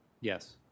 Yes